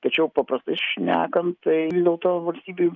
tačiau paprastai šnekant tai vis dėlto valstybių